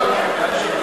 היה.